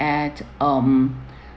at um